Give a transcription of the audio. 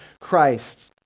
Christ